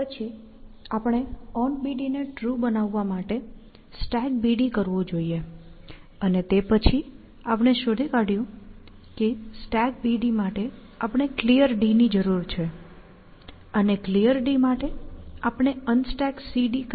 પછી આપણે onBD ને ટ્રુ બનાવવા માટે stackBD કરવું જોઇએ અને તે પછી આપણે શોધી કાઢ્યું કે stackBD માટે આપણે Clear ની જરૂર છે અને Clear માટે આપણે UnstackCD કરી શકીએ છીએ